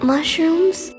Mushrooms